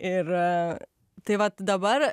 ir tai vat dabar